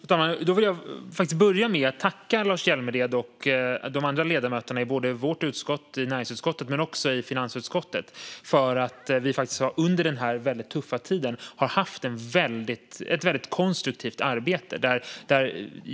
Fru talman! Jag vill faktiskt börja med att tacka Lars Hjälmered och de andra ledamöterna både i näringsutskottet och i finansutskottet för att vi under den här väldigt tuffa tiden har haft ett väldigt konstruktivt arbete.